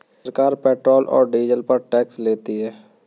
सरकार पेट्रोल और डीजल पर टैक्स लेती है